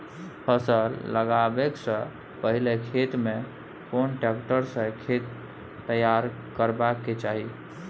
फसल लगाबै स पहिले खेत में कोन ट्रैक्टर स खेत तैयार करबा के चाही?